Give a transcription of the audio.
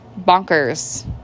Bonkers